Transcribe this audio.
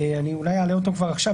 אני אולי אעלה אותן כבר עכשיו,